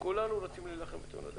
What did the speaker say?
כולנו רוצים להילחם בתאונות הדרכים.